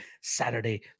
Saturday